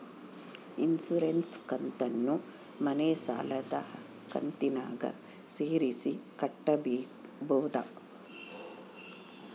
Insurance ಕಂತನ್ನ ಮನೆ ಸಾಲದ ಕಂತಿನಾಗ ಸೇರಿಸಿ ಕಟ್ಟಬೋದ?